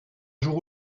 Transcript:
jour